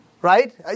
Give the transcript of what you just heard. Right